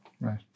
right